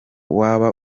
waba